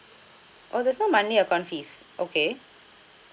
oh there's no monthly account fees okay